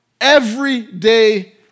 everyday